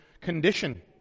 condition